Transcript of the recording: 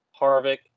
Harvick